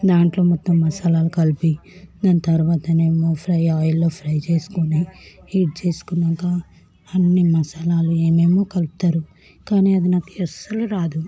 దాంట్లో మొత్తం మసాలాలు కలిపి దాని తర్వాతనేమో ఫ్రై ఆయిల్లో ఫ్రై చేసుకుని హీట్ చేసుకున్నాక అన్ని మసాలాలు ఏమేమో కలుపుతారు కానీ అది నాకు అస్సలు రాదు